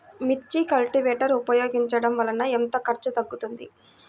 మిర్చి కల్టీవేటర్ ఉపయోగించటం వలన ఎంత ఖర్చు తగ్గుతుంది?